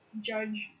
judge